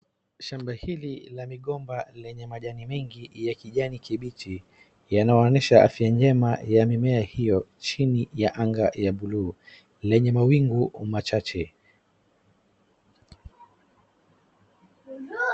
Shamba hili la migomba lemye majani mengi ya kijani kimbichi yanaonesha afya njema ya mimea hiyo chini ya anga ya bluu lenye mawingu machache.